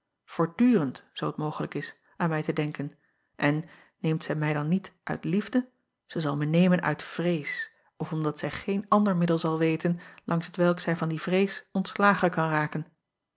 voortdurend zoo t mogelijk is aan mij te denken en neemt zij mij dan niet uit liefde zij zal mij nemen uit vrees of omdat zij geen ander middel zal weten langs t welk zij van die vrees ontslagen kan raken